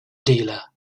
dealer